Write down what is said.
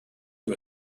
you